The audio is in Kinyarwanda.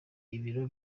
ibiro